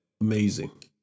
Amazing